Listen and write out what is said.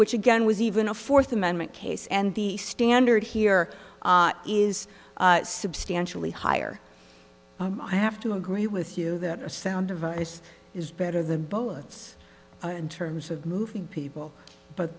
which again was even a fourth amendment case and the standard here is substantially higher but i have to agree with you that sound advice is better than bowen's in terms of moving people but